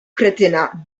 kretyna